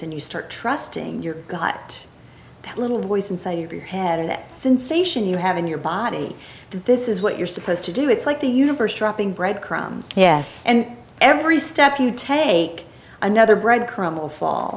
and you start trusting your gut little voice inside your head it since ation you have in your body this is what you're supposed to do it's like the universe dropping breadcrumbs yes and every step you take another breadcrumb will fall